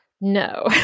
no